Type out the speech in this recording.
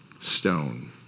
stone